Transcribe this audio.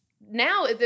now